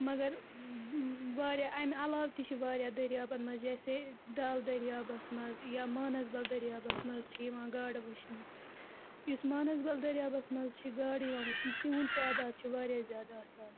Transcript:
مگر واریاہ اَمہِ علاوٕ تہِ چھِ واریاہ دٔریابَن منٛز جیسے ڈَل دٔریابَس منٛز یا مانَسبَل دٔریابَس منٛز چھِ یِوان گاڈٕ وٕچھنہٕ یُس مانَسبَل دٔریابَس منٛز چھِ گاڈٕ یِوان وٕچھنہٕ تِہُںٛد تعداد چھُ واریاہ زیادٕ آسان